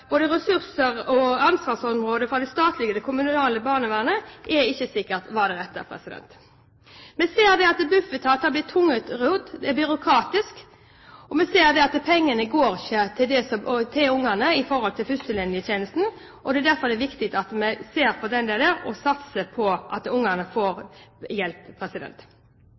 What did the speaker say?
både ressurser og ansvarsområder fra det statlige til det kommunale barnevernet. Vi ser at Bufetat er blitt tungrodd og byråkratisk, og vi ser at pengene ikke går til ungene, til førstelinjetjenesten. Det er derfor viktig at vi ser på det og satser på at ungene får hjelp. Noen barn har så tung bagasje med seg når barnevernet bestemmer seg for å gripe inn, at det krever både faglig kunnskap og